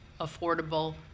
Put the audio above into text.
affordable